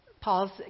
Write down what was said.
Paul's